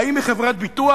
האם היא חברת ביטוח?